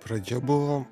pradžia buvo